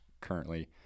currently